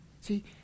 See